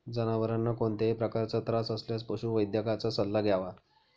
जनावरांना कोणत्याही प्रकारचा त्रास असल्यास पशुवैद्यकाचा सल्ला घ्यावा